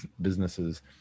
businesses